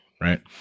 right